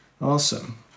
Awesome